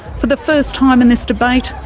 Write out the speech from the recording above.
for the first time in this debate,